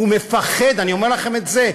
הוא מפחד, אני אומר לכם את זה.